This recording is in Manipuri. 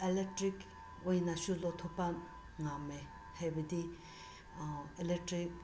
ꯑꯦꯂꯦꯛꯇ꯭ꯔꯤꯛ ꯑꯣꯏꯅꯁꯨ ꯂꯧꯊꯣꯛꯄ ꯉꯝꯃꯦ ꯍꯥꯏꯕꯗꯤ ꯑꯦꯂꯦꯛꯇ꯭ꯔꯤꯛ